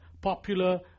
popular